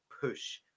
push